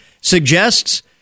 suggests